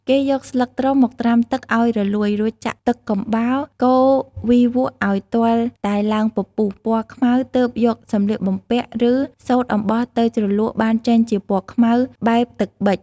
គេយកស្លឹកត្រុំមកត្រាំទឹកឱ្យរលួយរួចចាក់ទឹកកំបោរ កូរវីវក់ឱ្យទាល់តែឡើងពពុះ ពណ៌ខ្មៅទើបយកសម្លៀកបំពាក់ ឬ សូត្រអំបោះទៅជ្រលក់បានចេញជាពណ៌ខ្មៅបែបទឹកប៊ិច។